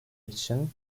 için